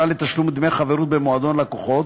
לתשלום דמי חברות במועדון לקוחות,